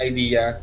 Idea